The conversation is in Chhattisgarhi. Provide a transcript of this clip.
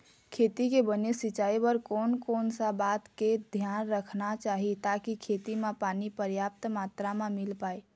खेती के बने सिचाई बर कोन कौन सा बात के धियान रखना चाही ताकि खेती मा पानी पर्याप्त मात्रा मा मिल पाए?